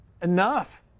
enough